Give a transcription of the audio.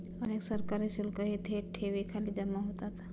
अनेक सरकारी शुल्कही थेट ठेवींखाली जमा होतात